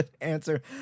answer